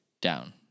down